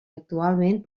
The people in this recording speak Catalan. actualment